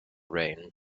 reign